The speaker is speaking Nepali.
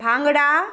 भाङ्डा